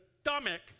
stomach